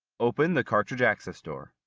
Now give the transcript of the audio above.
open the cartridge access door.